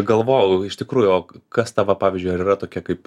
galvojau iš tikrųjų o kas ta va pavyzdžiui ar yra tokia kaip